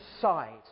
side